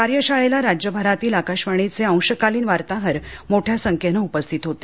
कार्यशाळेला राज्यभरातील आकाशवाणीचे अंशकालीन वार्ताहर मोठ्या संख्येने उपस्थित होते